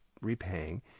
repaying